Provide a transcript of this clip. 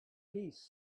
piece